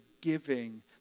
giving